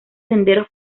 senderos